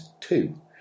two